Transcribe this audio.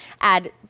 add